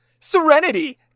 serenity